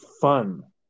fun